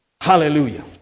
Hallelujah